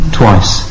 twice